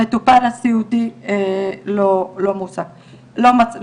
המטופל הסיעודי, לא מרוצה.